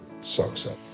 success